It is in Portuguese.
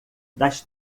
das